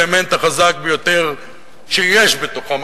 האלמנט החזק ביותר שיש בתוכם,